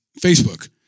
Facebook